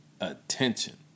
attention